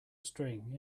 string